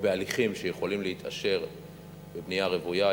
או בהליכים שיכולים להתאשר בבנייה רוויה,